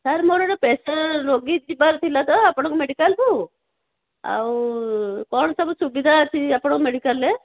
sir ମୋର ଗୋଟେ patient ରୋଗୀ ଯିବାରଥିଲା ତ ଆପଣଙ୍କ ମେଡ଼ିକାଲ୍କୁ ଆଉ କ'ଣ ସବୁ ସୁବିଧା ଅଛି ଆପଣଙ୍କ ମେଡ଼ିକାଲ୍ରେ